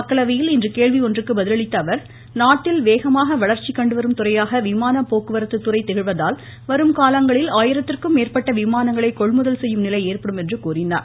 மக்களவையில் இன்று கேள்வி ஒன்றிற்கு பதிலளித்த அவர் நாட்டில் வேகமாக வளர்ச்சி கண்டுவரும் துறையாக விமான போக்குவரத்துத்துறை திகழ்வதால் வரும் காலங்களில் ஆயிரத்திற்கும் மேற்பட்ட விமானங்களை கொள்முதல் செய்யும்நிலை ஏற்படும் என்றார்